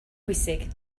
pwysig